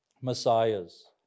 messiahs